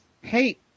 Hey